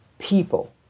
people